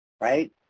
right